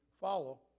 follow